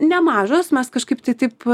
nemažos mes kažkaip tai taip